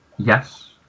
yes